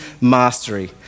mastery